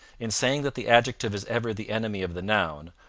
in saying that the adjective is ever the enemy of the noun,